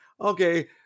Okay